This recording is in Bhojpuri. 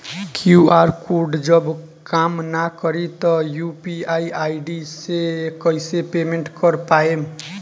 क्यू.आर कोड जब काम ना करी त यू.पी.आई आई.डी से कइसे पेमेंट कर पाएम?